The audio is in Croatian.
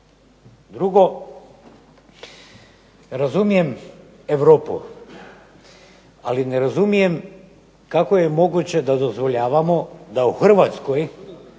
Drugo, razumijem Europu ali ne razumijem kako je moguće da dozvoljavamo da u Hrvatskoj